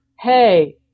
hey